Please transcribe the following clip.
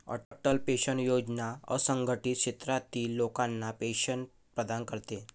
Atal pension योजना असंघटित क्षेत्रातील लोकांना पेन्शन प्रदान करते